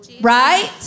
Right